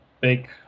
big